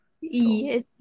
yes